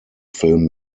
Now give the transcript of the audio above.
film